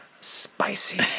spicy